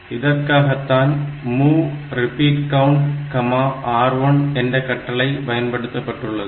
இதற்காகத்தான் MOV repeatcount R1 என்ற கட்டளை பயன்படுத்தப்பட்டுள்ளது